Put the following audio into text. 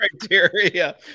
criteria